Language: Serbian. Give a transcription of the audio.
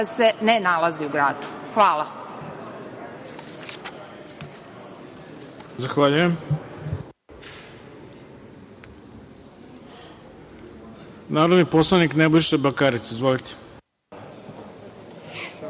se ne nalazi u gradu. Hvala.